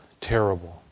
terrible